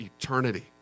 eternity